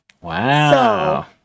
Wow